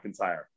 McIntyre